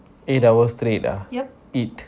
eight hours straight ah eat